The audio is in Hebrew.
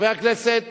חבר הכנסת